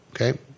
Okay